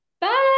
Bye